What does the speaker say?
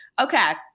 Okay